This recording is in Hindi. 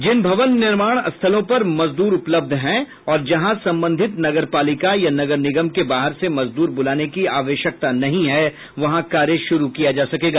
जिन भवन निर्माण स्थलों पर मजदूर उपलब्ध हैं और जहां संबंधित नगरपालिका या नगर निगम के बाहर से मजदूर बुलाने की आवश्यकता नहीं है वहां कार्य शुरू किया जा सकेगा